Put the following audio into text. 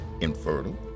infertile